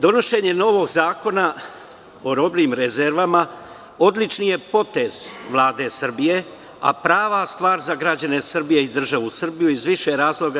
Donošenje novog Zakona o robnim rezervama odličan je potez Vlade Srbije, a prava stvar za građane Srbije i državu Srbiju, iz više razloga.